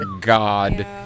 god